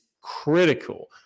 critical